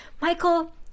Michael